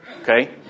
okay